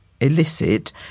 illicit